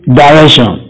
direction